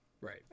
right